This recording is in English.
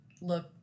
look